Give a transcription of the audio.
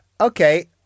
okay